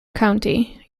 county